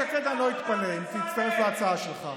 איילת שקד, אני לא אתפלא אם היא תצטרף להצעה שלך.